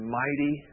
mighty